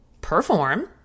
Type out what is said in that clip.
perform